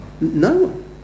No